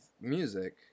music